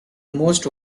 most